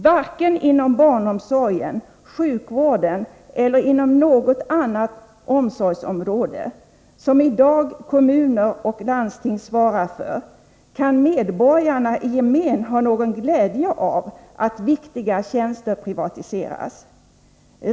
Varken inom barnomsorgen, sjukvården eller inom något annat omsorgsområde — som i dag kommuner och landsting svarar för — kan medborgarna i gemen ha någon glädje av att viktiga tjänster privatiseras.